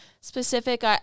specific